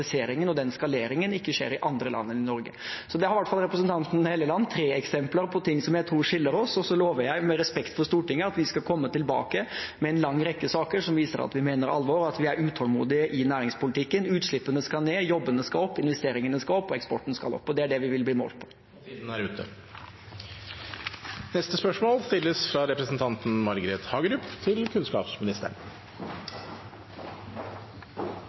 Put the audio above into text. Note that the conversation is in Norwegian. skaleringen ikke skjer i andre land enn i Norge. Der har i hvert fall representanten Hofstad Helleland tre eksempler på ting jeg tror skiller oss, og så lover jeg – med respekt for Stortinget – at vi skal komme tilbake med en lang rekke saker som viser at vi mener alvor, og at vi er utålmodige i næringspolitikken. Utslippene skal ned, jobbene skal opp, investeringene skal opp og eksporten skal opp – og det er det vi vil bli målt på. Og tiden er ute!